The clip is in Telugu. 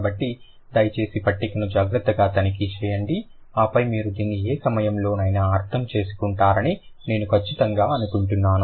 కాబట్టి దయచేసి పట్టికను జాగ్రత్తగా తనిఖీ చేయండి ఆపై మీరు దీన్ని ఏ సమయంలోనైనా అర్థం చేసుకుంటారని నేను ఖచ్చితంగా అనుకుంటున్నాను